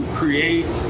create